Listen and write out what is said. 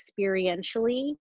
experientially